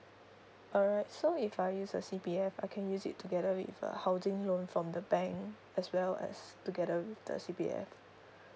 alright so if I use a C_P_F I can use it together with a housing loan from the bank as well as together with the C_P_F